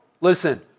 Listen